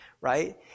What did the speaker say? right